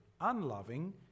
unloving